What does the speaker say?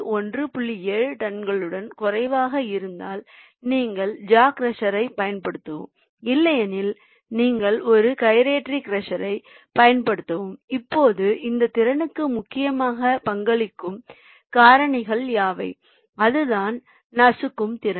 7 டன்களுக்கும் குறைவாக இருந்தால் நீங்கள் ஒரு ஜா க்ரஷர் பயன்படுத்ததவும் இல்லையெனில் நீங்கள் ஒரு கைரேட்டரி க்ரஷரைப் பயன்படுத்தவும் இப்போது இந்த திறனுக்கு முக்கியமாக பங்களிக்கும் காரணிகள் யாவை அதுதான் நசுக்கும் திறன்